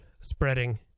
spreading